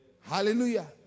hallelujah